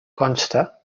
consta